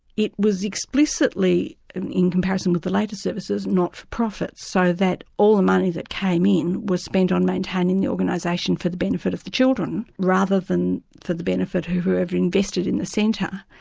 it was explicitly, in in comparison with the later services, not-for-profit, so that all the money that came in, was spent on maintaining the organisation for the benefit of the children, rather than for the benefit of whoever invested in the centre.